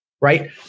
Right